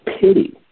pity